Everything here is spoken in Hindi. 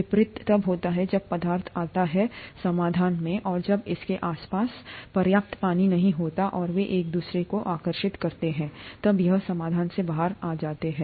विपरीत तब होता है जब पदार्थ जाता है समाधान में और जब इसके आसपास पर्याप्त पानी नहीं होता है और वे एक दूसरे को आकर्षित करते हैं तब यह समाधान से बाहर हो जाता है